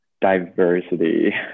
Diversity